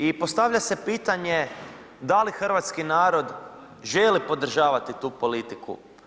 I postavlja se pitanje da li hrvatski narod želi podržavati tu politiku?